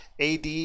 AD